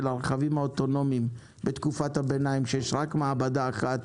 הרכבים האוטונומיים בתקופת הביניים כשיש רק מעבדה אחת